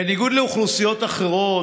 בניגוד לאוכלוסיות אחרות,